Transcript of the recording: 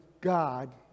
God